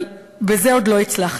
אבל בזה עוד לא הצלחנו.